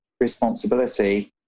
Responsibility